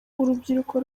urubyiruko